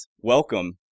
Welcome